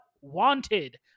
wanted